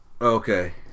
Okay